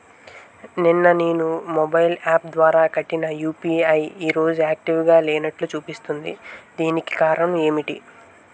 నిన్న నేను mobile app ద్వారా కట్టిన యు.పి.ఐ ఈ రోజు యాక్టివ్ గా లేనట్టు చూపిస్తుంది దీనికి కారణం ఏమిటి?